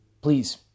Please